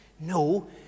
No